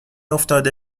افتاده